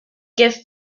give